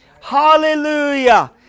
Hallelujah